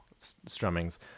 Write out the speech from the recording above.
strummings